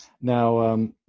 Now